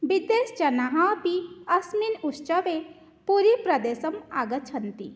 विदेशजनाः अपि अस्मिन् उत्सवे पुरिप्रदेशम् आगच्छन्ति